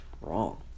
wrong